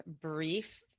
brief